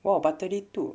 !wow! about thirty two